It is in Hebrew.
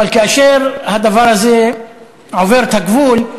אבל כאשר הדבר הזה עובר את הגבול,